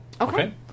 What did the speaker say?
Okay